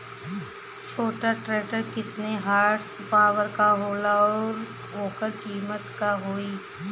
छोटा ट्रेक्टर केतने हॉर्सपावर के होला और ओकर कीमत का होई?